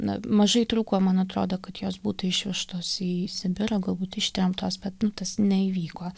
na mažai trūko man atrodo kad jos būtų išvežtos į sibirą o galbūt ištremtos bet nu tas neįvyko